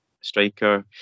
striker